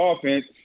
offense